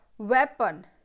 weapon